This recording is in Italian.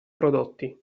prodotti